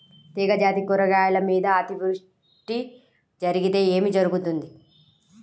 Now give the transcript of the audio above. తీగజాతి కూరగాయల మీద అతివృష్టి జరిగితే ఏమి జరుగుతుంది?